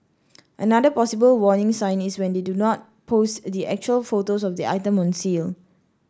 another possible warning sign is when they do not post the actual photos of the item on sale